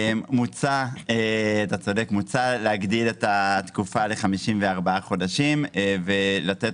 מוצע להגדיל את התקופה ל-54 חודשים ולתת